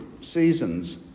seasons